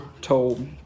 told